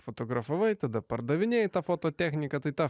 fotografavai tada pardavinėtą fototechniką tai tau